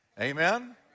Amen